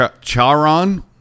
Charon